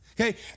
Okay